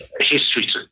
history